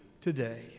today